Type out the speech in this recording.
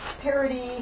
parody